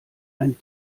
ein